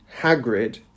Hagrid